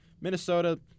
Minnesota